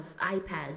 iPads